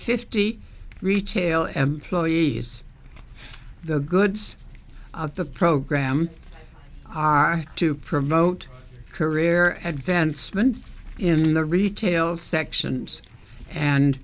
fifty retail employees the goods of the program ah to promote career advancement in the retail sections and